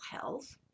health